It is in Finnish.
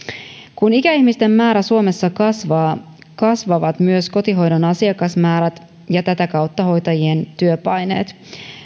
kun ikäihmisten määrä suomessa kasvaa kasvavat myös kotihoidon asiakasmäärät ja tätä kautta hoitajien työpaineet